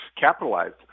capitalized